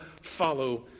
follow